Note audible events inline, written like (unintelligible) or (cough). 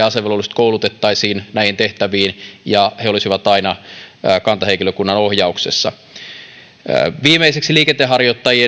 (unintelligible) asevelvolliset koulutettaisiin näihin tehtäviin ja he olisivat aina kantahenkilökunnan ohjauksessa viimeiseksi liikenteenharjoittajien